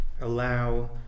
allow